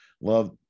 love